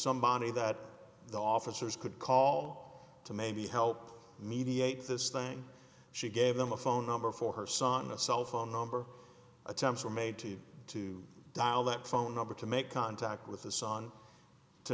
somebody that the officers could call to maybe help mediate this thing she gave them a phone number for her son a cell phone number attempts are made to dial that phone number to make contact with the son to